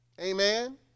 amen